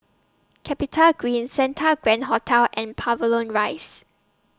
Capitagreen Santa Grand Hotel and Pavilion Rise